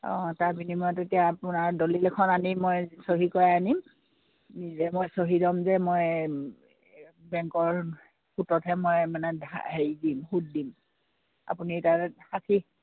অঁ তাৰ বিনিময়ত এতিয়া আপোনাৰ দলিল এখন আনি মই চহী কৰাই আনিম নিজে মই চহী ল'ম যে মই বেংকৰ সুদতহে মই মানে হেৰি দিম সুদ দিম আপুনি তাত